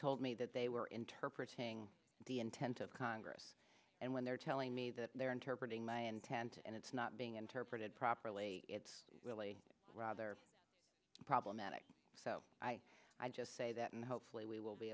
told me that they were interpretating the intent of congress and when they're telling me that they're interpreting my intent and it's not being interpreted properly it's really rather problematic so i i just say that and hopefully we will be